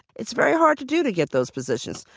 it's very hard to do to get those positions,